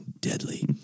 deadly